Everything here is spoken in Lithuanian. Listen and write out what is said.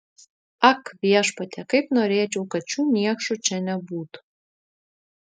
ak viešpatie kaip norėčiau kad šių niekšų čia nebūtų